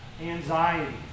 anxiety